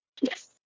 Yes